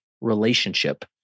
relationship